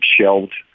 shelved